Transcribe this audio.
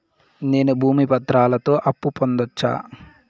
నేను భూమి పత్రాలతో అప్పు పొందొచ్చా?